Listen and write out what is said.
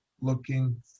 looking